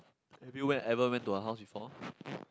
have you went ever went to her house before